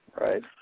Right